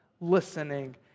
listening